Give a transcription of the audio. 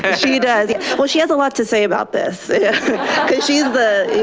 ah she does, yeah. well she has a lot to say about this cause she's the,